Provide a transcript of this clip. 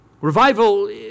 Revival